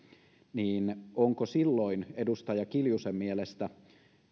niin onko silloin edustaja kiljusen mielestä